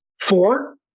Four